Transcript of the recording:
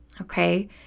okay